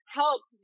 help